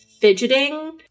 fidgeting